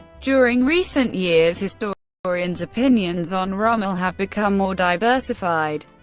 during recent years, historians' opinions on rommel have become more diversified,